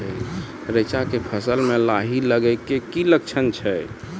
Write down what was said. रैचा के फसल मे लाही लगे के की लक्छण छै?